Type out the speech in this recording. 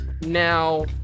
Now